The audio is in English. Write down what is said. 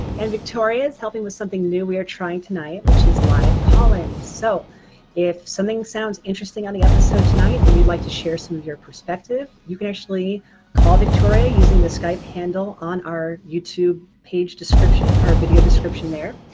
and victoria's helping with something new we are trying tonight which is live call-ins. so if something sounds interesting on the episode tonight and you'd like to share some of your perspective, you can actually call victoria using the skype handle on our youtube page description or our video description there,